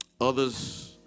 Others